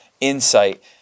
insight